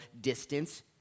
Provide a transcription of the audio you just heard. distance